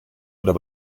oder